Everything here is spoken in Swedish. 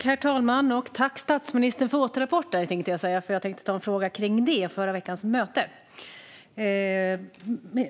Herr talman! Tack, statsministern, för återrapporten, tänkte jag säga. Det är nämligen förra veckans möte jag vill ställa en fråga om.